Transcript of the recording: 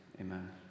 amen